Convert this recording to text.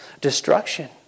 destruction